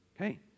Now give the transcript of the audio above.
Okay